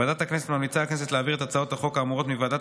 ועדת הכנסת ממליצה לכנסת להעביר את הצעות החוק האמורות מוועדת